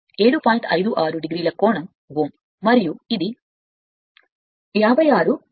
156o కాబట్టి కోణం మరియు ఇది ఓం